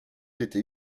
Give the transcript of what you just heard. été